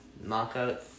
Knockout